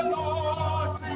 Lord